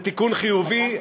זה תיקון חיובי,